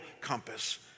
compass